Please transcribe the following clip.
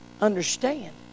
understand